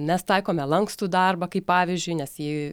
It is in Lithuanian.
mes taikome lankstų darbą kaip pavyzdžiui nes ji